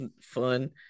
fun